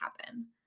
happen